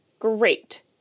Great